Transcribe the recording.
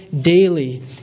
daily